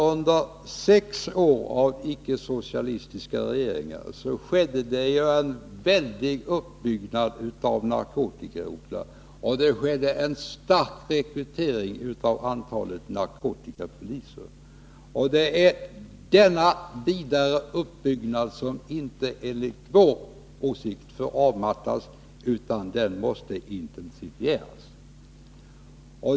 Under sex år av icke-socialistiska regeringar skedde det ju en väldig uppbyggnad av narkotikarotlar, och det blev en stor rekrytering av narkotikapoliser. Denna uppbyggnad får, enligt vår mening, inte mattas utan tvärtom intensifieras.